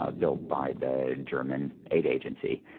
ah built by the german aid agency.